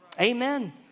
Amen